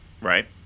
Right